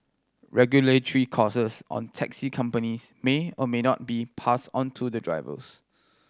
regulatory costs on taxi companies may or may not be passed onto drivers